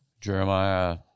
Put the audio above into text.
Jeremiah